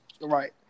Right